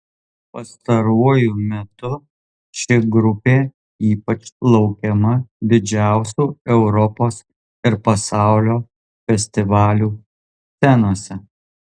pastaruoju metu ši grupė ypač laukiama didžiausių europos ir pasaulio festivalių scenose